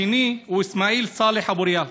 השני הוא אסמעיל סאלח אבו ריאלה,